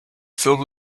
filled